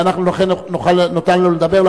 ולכן נוכל לתת לו לדבר,